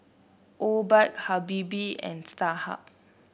Obike Habibie and Starhub